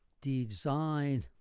design